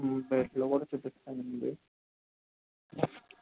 బెడ్లు కూడా చూపిస్తానండి